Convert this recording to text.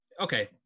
Okay